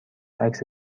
عکس